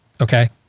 okay